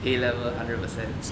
A level hundred percent